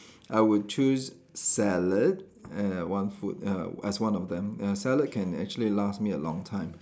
I would choose salad err one food uh as one of them ah salad can actually last me a long time